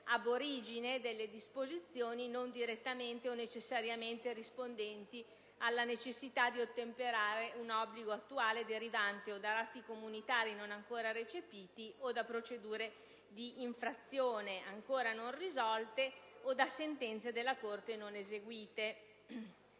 *ab origine* delle disposizioni non direttamente o necessariamente rispondenti alla necessità di ottemperare a un obbligo attuale derivante o da atti comunitari non ancora recepiti o da procedure di infrazione ancora non risolte o da sentenze della Corte non eseguite.